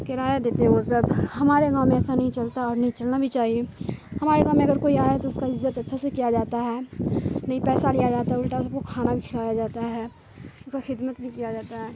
کرایہ دیتے ہیں وہ سب ہمارے گاؤں میں ایسا نہیں چلتا اور نہیں چلنا بھی چاہیے ہمارے گاؤں میں اگر کوئی آیا ہے تو اس کا عزت اچھا سے کیا جاتا ہے نہیں پیسہ لیا جاتا ہے الٹا اس کو کھانا بھی کھایا جاتا ہے اس کا خدمت بھی کیا جاتا ہے